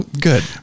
good